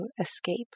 escape